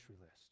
list